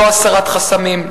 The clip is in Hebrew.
לא הסרת חסמים,